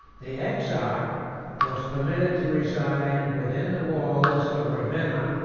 the exarch was permitted to reside within the walls of ravenna,